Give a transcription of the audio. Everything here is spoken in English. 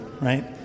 right